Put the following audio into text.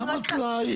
למה טלאי?